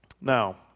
Now